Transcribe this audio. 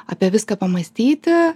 apie viską pamąstyti